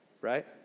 right